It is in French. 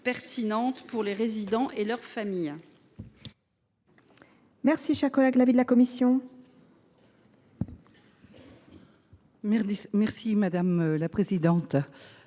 pertinente pour les résidents et leur famille